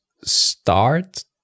start